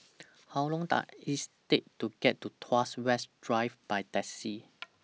How Long Does IS Take to get to Tuas West Drive By Taxi